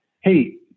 hey